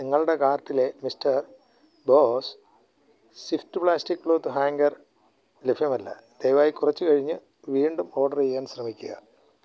നിങ്ങളുടെ കാർട്ടിലെ Mr Boss Swift plastic cloth hanger ലഭ്യമല്ല ദയവായി കുറച്ചു കഴിഞ്ഞ് വീണ്ടും ഓർഡർ ചെയ്യാൻ ശ്രമിക്കുക